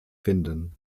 finden